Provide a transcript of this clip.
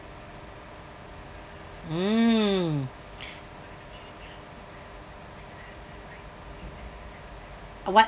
mm what